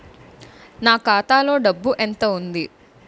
నా ఖాతాలో డబ్బు ఎంత ఉంది?